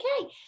Okay